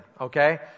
okay